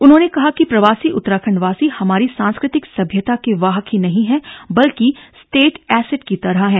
उन्होंने कहा कि प्रवासी उत्तराखंडवासी हमारी सांस्कृतिक सभ्यता के वाहक ही नहीं हैं बल्कि स्टेट एसेट की तरह हैं